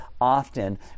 often